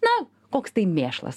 na koks tai mėšlas